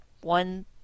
One